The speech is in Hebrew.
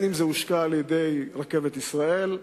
אם על-ידי רכבת ישראל,